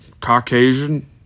Caucasian